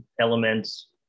elements